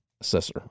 assessor